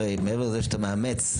מעבר לזה שאתה מאמץ,